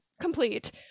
complete